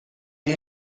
gli